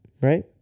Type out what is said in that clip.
right